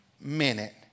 minute